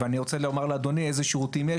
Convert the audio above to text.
ואני רוצה לומר לאדוני אילו שירותים יש